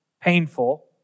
painful